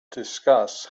discuss